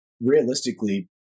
realistically